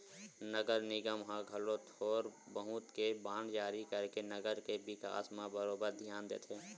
नगर निगम ह घलो थोर बहुत के बांड जारी करके नगर के बिकास म बरोबर धियान देथे